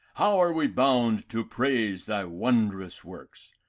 how are we bound to praise thy wondrous works,